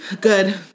Good